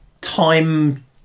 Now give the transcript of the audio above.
time